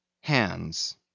Hands